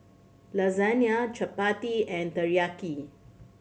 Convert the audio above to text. Lasagne Chapati and Teriyaki